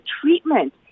treatment